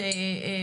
הקהילה.